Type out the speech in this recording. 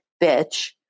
bitch